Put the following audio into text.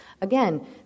Again